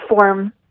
form